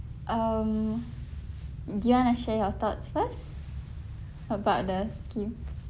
um do you want to share your thoughts first about the scheme